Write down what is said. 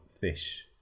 fish